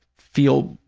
feel,